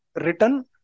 written